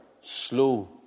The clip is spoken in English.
slow